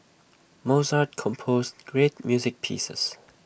Mozart composed great music pieces